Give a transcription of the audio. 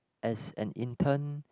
as an intern